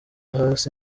hasi